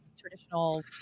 traditional